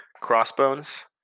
crossbones